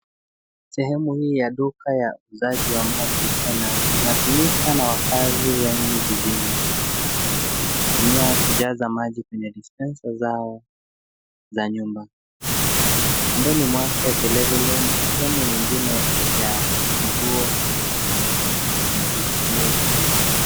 Sehemu hii ya duka ya uuzaji wa maji tena inatumika na wakazi wengi jijini kutumia kujaza maji kwenye dispenser zao za nyumba. Pembeni mwake vilevile ni sehemu nyingine ya nguo zikiwa kwenye displau